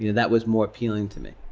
you know that was more appealing to me.